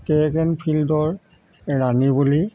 track and ফিলডৰ ৰাণী বুলি